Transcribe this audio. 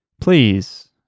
please